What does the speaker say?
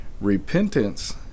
Repentance